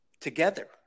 together